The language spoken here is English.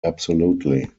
absolutely